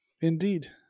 Indeed